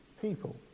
people